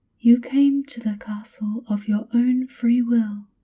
you came to the castle of your own free will